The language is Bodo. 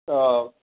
औ